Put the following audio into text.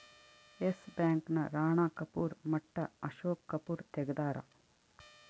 S Bank ನ ರಾಣ ಕಪೂರ್ ಮಟ್ಟ ಅಶೋಕ್ ಕಪೂರ್ ತೆಗ್ದಾರ